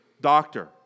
doctor